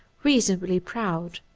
reasonably proud.